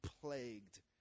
plagued